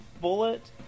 bullet